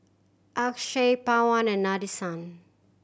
Akshay Pawan and Nadesan